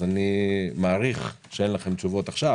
אני מעריך שאין לכם תשובות עכשיו,